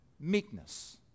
meekness